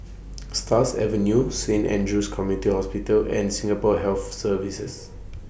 Stars Avenue Saint Andrew's Community Hospital and Singapore Health Services